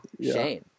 Shane